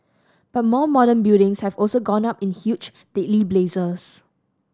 but more modern buildings have also gone up in huge deadly blazes